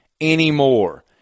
anymore